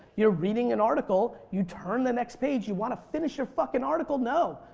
you're reading an article you turn the next page you want to finish your fucking article, no.